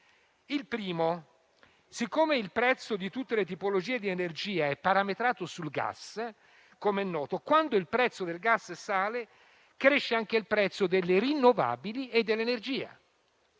Il primo: siccome il prezzo di tutte le tipologie di energia è parametrato sul gas, come è noto, quando il prezzo del gas sale, cresce anche il prezzo delle rinnovabili e dell'energia.